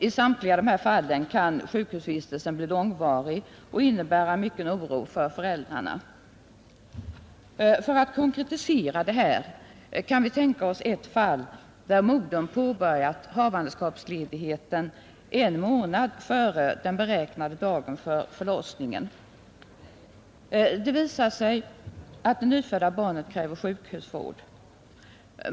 I samtliga fall kan sjukhusvistelsen bli långvarig och innebära mycken oro för föräldrarna. För att konkretisera kan vi tänka oss ett fall där modern påbörjat havandeskapsledigheten en månad före den beräknade dagen för förlossningen. Det visar sig att det nyfödda barnet kräver sjukhusvård.